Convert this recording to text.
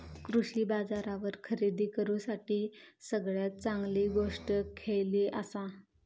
कृषी बाजारावर खरेदी करूसाठी सगळ्यात चांगली गोष्ट खैयली आसा?